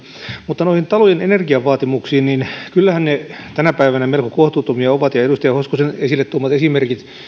mutta noihin talojen energiavaatimuksiin kyllähän ne tänä päivänä melko kohtuuttomia ovat edustaja hoskosen esille tuomat esimerkit